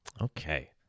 Okay